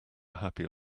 happy